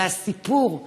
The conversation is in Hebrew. והסיפור,